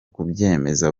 kubyemeza